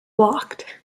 blocked